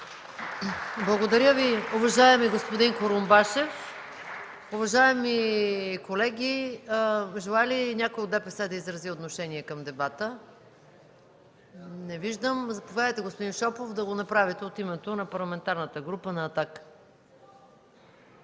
Благодаря Ви, уважаеми господин Курумбашев. Уважаеми колеги, желае ли някой от ДПС да изрази отношение към дебата? Не виждам. Заповядайте, господин Шопов, да го направите от името на Парламентарната група на